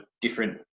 different